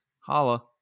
holla